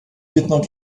lieutenant